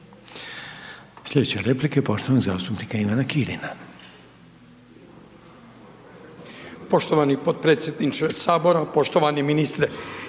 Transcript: Slijedeće replike poštovanog zastupnika Ivana Kirina.